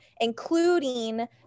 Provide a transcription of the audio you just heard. including